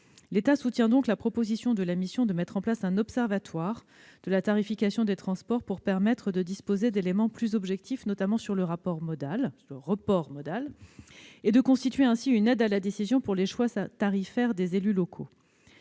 L'État soutient donc la proposition de la mission de mettre en place un observatoire de la tarification des transports pour recenser des éléments plus objectifs, notamment sur le report modal, et constituer ainsi une aide à la décision pour les choix tarifaires des élus locaux.